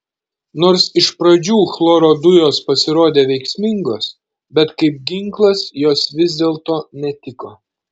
nors iš pradžių chloro dujos pasirodė veiksmingos bet kaip ginklas jos vis dėlto netiko